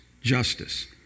Justice